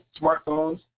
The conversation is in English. smartphones